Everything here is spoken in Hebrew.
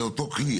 זה אותו כלי.